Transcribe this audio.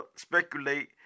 speculate